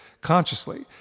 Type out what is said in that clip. consciously